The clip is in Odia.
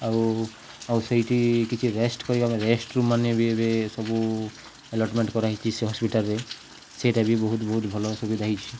ଆଉ ଆଉ ସେଇଠି କିଛି ରେଷ୍ଟ କରିବା ପାଇଁ ରେଷ୍ଟ ରୁମ୍ ମାନେ ବି ଏବେ ସବୁ ଏଲଟମେଣ୍ଟ କରାହେଇଛି ସେ ହସ୍ପିଟାଲରେ ସେଇଟା ବି ବହୁତ ବହୁତ ଭଲ ସୁବିଧା ହେଇଛି